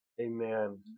Amen